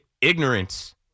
ignorance